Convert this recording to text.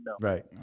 Right